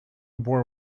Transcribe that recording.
boar